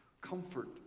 Comfort